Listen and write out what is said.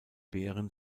beeren